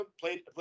played